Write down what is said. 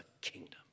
kingdom